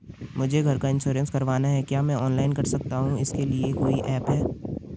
मुझे घर का इन्श्योरेंस करवाना है क्या मैं ऑनलाइन कर सकता हूँ इसके लिए कोई ऐप है?